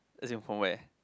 as in from where